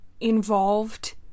involved